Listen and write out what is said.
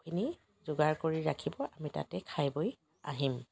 খিনি যোগাৰ কৰি ৰাখিব আমি তাতে খাই বৈ আহিম